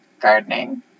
gardening